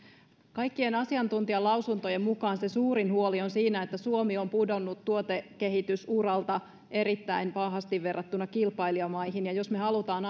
kaikkien asiantuntijalausuntojen mukaan se suurin huoli on siinä että suomi on pudonnut tuotekehitysuralta erittäin pahasti verrattuna kilpailijamaihin jos me haluamme